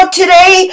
today